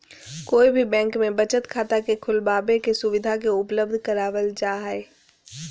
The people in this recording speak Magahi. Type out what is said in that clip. कोई भी बैंक में बचत खाता के खुलबाबे के सुविधा के उपलब्ध करावल जा हई